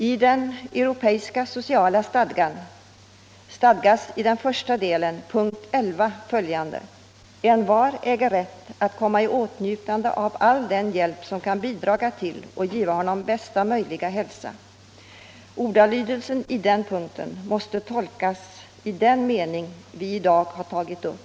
I den europeiska sociala stadgan står det under p. 11 i den första delen att envar äger rätt att komma i åtnjutande av all hjälp som kan bidra till att ge honom bästa möjliga hälsa. Ordalydelsen i denna punkt måste tolkas i den mening vi i dag har tagit upp.